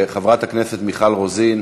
חברת הכנסת מיכל רוזין,